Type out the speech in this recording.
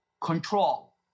control